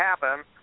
happen